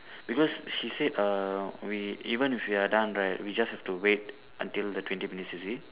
because she said err we even if we are done right we just have to wait until the twenty minutes is it